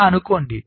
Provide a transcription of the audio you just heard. ఇలా అనుకోండి